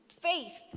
faith